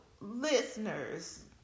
listeners